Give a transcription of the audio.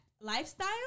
lifestyle